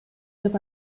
деп